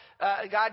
God